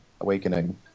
Awakening